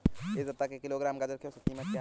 इस सप्ताह एक किलोग्राम गाजर की औसत कीमत क्या है?